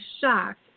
shocked